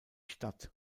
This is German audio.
stadt